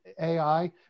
AI